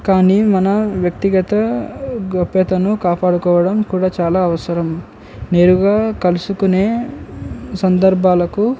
కానీ మన వ్యక్తిగత గొప్యతను కాపాడుకోవడం కూడా చాలా అవసరం నేరుగా కలుసుకునే సందర్భాలకు